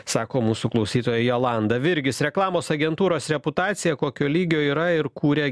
sako mūsų klausytoja jolanda virgis reklamos agentūros reputacija kokio lygio yra ir kūrė